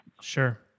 Sure